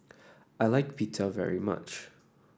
I like Pita very much